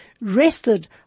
rested